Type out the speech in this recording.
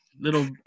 little